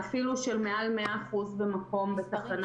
ואפילו של 100% בתחנה